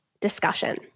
discussion